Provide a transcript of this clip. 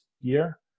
year